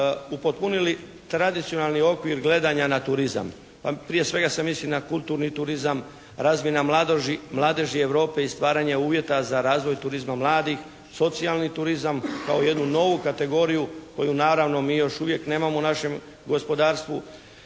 upotpunili tradicionalni okvir gledanja na turizam. Prije svega sam mislio na kulturni turizam, razmjena mladeži Europe i stvaranja uvjeta za razvoj turizma mladih, socijalni turizam kao jednu novu kategoriju koju naravno mi još uvijek nemamo u našem gospodarstvu.